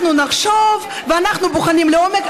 אנחנו נחשוב ואנחנו בוחנים לעומק.